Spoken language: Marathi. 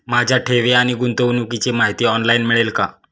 माझ्या ठेवी आणि गुंतवणुकीची माहिती ऑनलाइन मिळेल का?